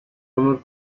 onur